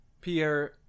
Pierre